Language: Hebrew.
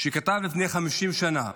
שכתב לפני 50 שנה.